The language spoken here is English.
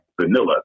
vanilla